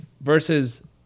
versus